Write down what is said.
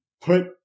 put